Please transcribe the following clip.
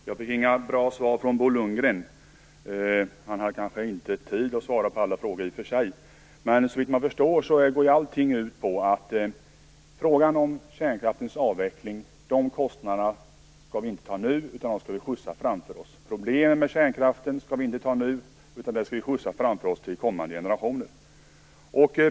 Herr talman! Jag fick inga bra svar från Bo Lundgren. I och för sig kanske han inte hade tid att svara på alla frågor. Men såvitt man förstår går allting ut på vi inte skall ta kostnaderna för kärnkraftens avveckling nu utan skjuta dem framför oss. Problemen med kärnkraften skall vi inte ta nu utan skjuta framför oss till kommande generationer.